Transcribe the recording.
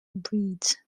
breeds